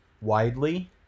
widely